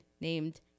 named